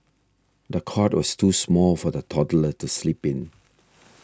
the cot was too small for the toddler to sleep in